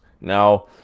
Now